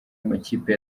amakipe